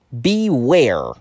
beware